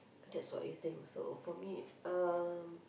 that's what you think so for me um